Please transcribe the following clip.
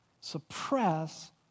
suppress